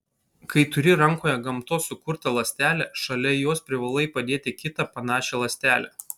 kai turi rankoje gamtos sukurtą ląstelę šalia jos privalai padėti kitą panašią ląstelę